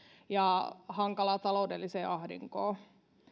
ja hankalaan taloudelliseen ahdinkoon